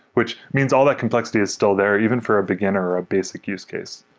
which means all that complexity is still there even for a beginner or a basic use case.